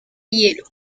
hielo